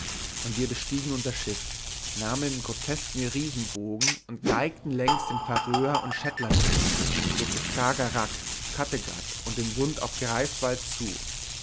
und wir bestiegen unser schiff nahmen den grotesken riesenbogen und geigten längs den fär öer und shetland inseln durch das skager rak kattegatt und den sund auf greifswald zu